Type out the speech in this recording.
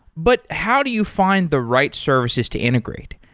but how do you find the right services to integrate?